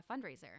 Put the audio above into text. fundraiser